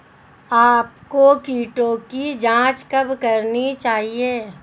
आपको कीटों की जांच कब करनी चाहिए?